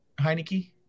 Heineke